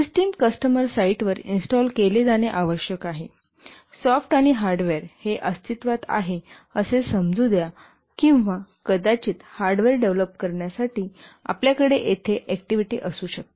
system customer साइटवर install केले जाणे आवश्यक आहे सॉफ्ट आणि हार्डवेअर हे अस्तित्त्वात आहे असे समजू द्या किंवा कदाचित हार्डवेअर डेव्हलप करण्यासाठी आपल्याकडे येथे ऍक्टिव्हिटी असू शकतात